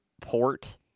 port